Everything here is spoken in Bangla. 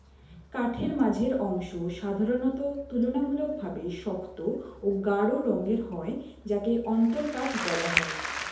কাঠের মাঝের অংশ সাধারণত তুলনামূলকভাবে শক্ত ও গাঢ় রঙের হয় যাকে অন্তরকাঠ বলা হয়